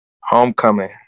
homecoming